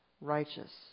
righteous